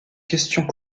questions